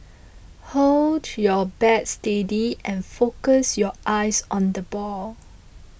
hold your bat steady and focus your eyes on the ball